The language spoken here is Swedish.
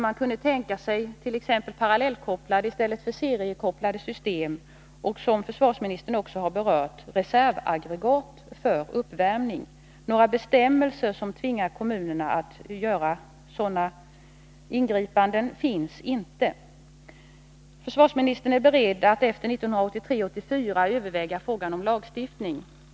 Man kan t.ex. tänka sig parallellkopplade i stället för seriekopplade system och, som försvarsministern också har berört, reservaggregat för uppvärmning. Några bestämmelser som tvingar kommunerna att göra sådana ingripanden finns inte. Försvarsministern är beredd att efter årsskiftet 1983-1984 överväga frågan om lagstiftning.